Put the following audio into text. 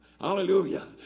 Hallelujah